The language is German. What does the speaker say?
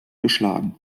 geschlagen